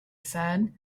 said